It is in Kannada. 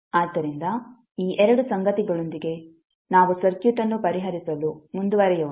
ಆದ್ದರಿಂದ ಈ 2 ಸಂಗತಿಗಳೊಂದಿಗೆ ನಾವು ಸರ್ಕ್ಯೂಟ್ ಅನ್ನು ಪರಿಹರಿಸಲು ಮುಂದುವರಿಯೋಣ